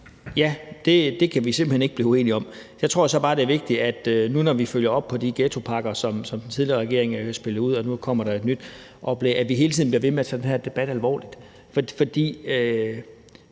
Ja, det kan vi simpelt hen ikke blive uenige om. Der tror jeg så bare, det er vigtigt, at vi, når vi følger op på de ghettopakker, som den tidligere regering spillede ud med, og hvor der nu kommer et nyt oplæg, hele tiden bliver ved med at tage den her debat alvorligt.